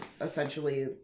essentially